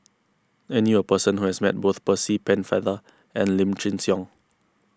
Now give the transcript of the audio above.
I knew a person who has met both Percy Pennefather and Lim Chin Siong